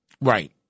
Right